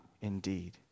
indeed